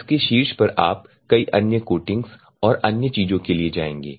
इसके शीर्ष पर आप कई अन्य कोटिंग्स और अन्य चीजों के लिए जाएंगे